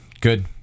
good